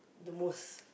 the most